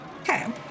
Okay